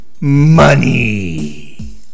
money